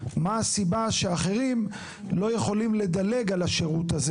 מהי הסיבה שאחרים לא יכולים לדלג על השירות הזה